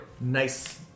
Nice